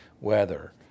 weather